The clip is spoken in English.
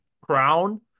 crown